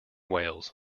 wales